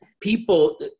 people